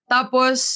Tapos